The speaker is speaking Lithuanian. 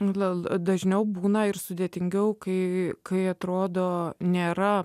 gal dažniau būna ir sudėtingiau kai kai atrodo nėra